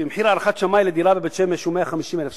כי מחיר הערכת שמאי לדירה בבית-שמש הוא 150,000 שקל.